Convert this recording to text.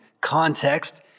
context